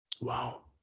Wow